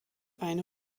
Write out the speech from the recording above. eine